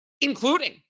including